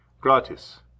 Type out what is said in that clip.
gratis